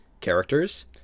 characters